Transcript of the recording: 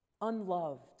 unloved